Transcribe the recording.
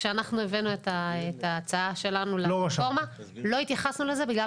כשאנחנו הבאנו את ההצעה שלנו לרפורמה לא התייחסנו לזה בגלל